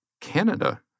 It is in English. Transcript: Canada